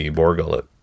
Borgullet